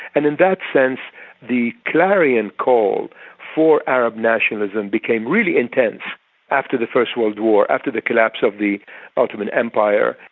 and in that sense the clarion call for arab nationalism became really intense after the first world war, after the collapse of the ottoman empire,